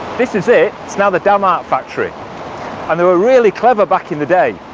this is it. it's now the damart factory and they were really clever back in the day,